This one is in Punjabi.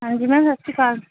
ਹਾਂਜੀ ਮੈਮ ਸਤਿ ਸ਼੍ਰੀ ਅਕਾਲ